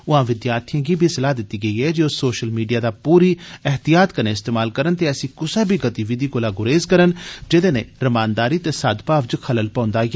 उआं विद्यार्थिएं गी बी सलाह दित्ती गेई ऐ जे ओ सोषल मीडिया दा पूरी तहतीयात कन्नै इस्तेमाल करन ते ऐसी कुसै बी गतिविधि कोला गुरेज करन जेहदे नै रमानदारी ते सदभाव च खलल पौंदा ऐ